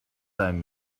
time